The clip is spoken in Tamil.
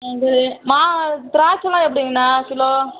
இது மா திராட்சைலாம் எப்படிங்கண்ணா கிலோ